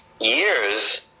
years